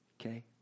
Okay